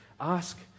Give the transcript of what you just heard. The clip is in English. ask